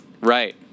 Right